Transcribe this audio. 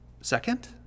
second